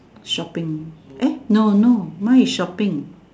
shopping eh no no mine is shopping